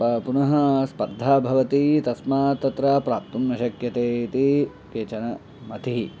स्प पुनः स्पर्धा भवति तस्मात् तत्र प्राप्तुं न शक्यते इति केचन मतिः